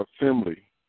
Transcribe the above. assembly